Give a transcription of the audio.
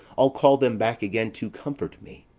i'll call them back again to comfort me.